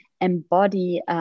Embody